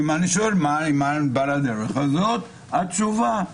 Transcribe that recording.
וכשאני שואל מה בא לדרך הזאת, התשובה היא